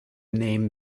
name